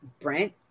Brent